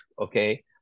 okay